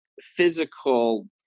physical